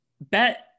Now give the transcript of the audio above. Bet